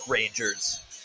Rangers